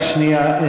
רק שנייה.